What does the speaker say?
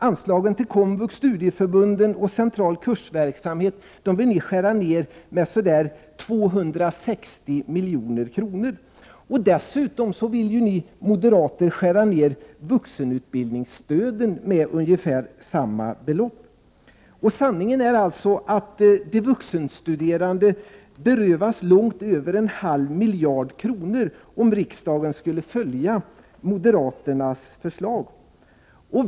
Anslagen till komvux, studieförbunden och den centrala kursverksamheten vill ni skära ner med ungefär 260 milj.kr. Dessutom vill ni moderater skära ner vuxenutbildningsstöden med samma belopp. Sanningen är alltså att de vuxenstuderande berövas långt över en halv miljard kronor, om riksdagen skulle följa moderaternas förslag.